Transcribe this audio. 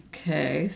Okay